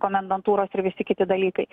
komendantūros ir visi kiti dalykai